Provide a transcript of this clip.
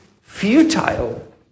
futile